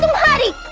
body,